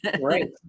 right